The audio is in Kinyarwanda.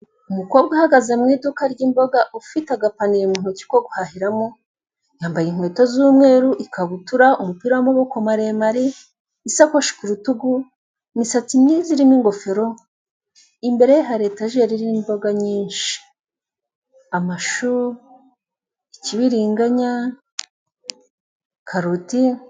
Ukoresheje ikorana buhanga byagutabara nyamara igihe utashye wibereye mu rugo ukabona nk’ agapantaro ukabura uko ukagura wenda kujya k’isoko ushobora kukwereka umuntu agahita akubwira kagurira aha n'aha ugahita ukakishyura agahita kakuzanira rwose.